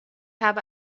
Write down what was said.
habe